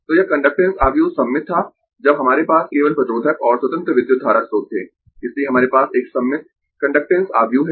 तो यह कंडक्टेन्स आव्यूह सममित था जब हमारे पास केवल प्रतिरोधक और स्वतंत्र विद्युत धारा स्रोत थे इसलिए हमारे पास एक सममित कंडक्टेन्स आव्यूह है